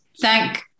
thank